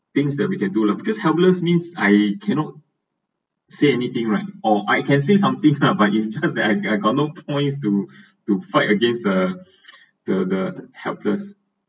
things that we can do lah because helpless means I cannot say anything right or I can say something lah but it's just that I I got no points to to fight against the the the helpless